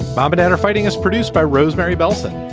bobbit and or fighting is produced by rosemary bellson,